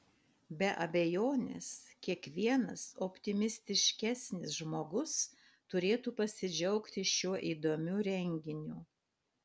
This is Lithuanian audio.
be abejonės kiekvienas optimistiškesnis žmogus turėtų pasidžiaugti šiuo įdomiu renginiu